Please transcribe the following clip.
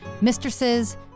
mistresses